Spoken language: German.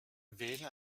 wähle